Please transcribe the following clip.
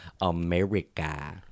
America